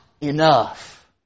enough